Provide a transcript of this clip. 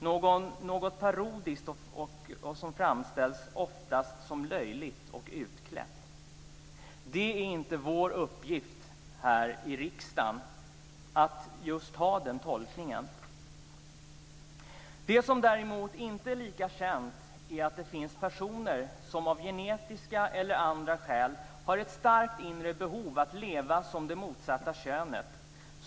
Det är något parodiskt, och det framställs oftast som löjligt och utklätt. Det är inte vår uppgift här i riksdagen att ha den tolkningen. Det som däremot inte är lika känt är att det finns personer som av genetiska eller andra skäl har ett starkt inre behov av att leva som det motsatta könet.